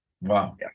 Wow